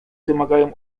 wymagają